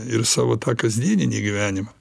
ir savo tą kasdieninį gyvenimą